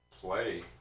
play